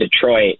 Detroit